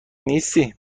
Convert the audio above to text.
نیستی